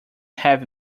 have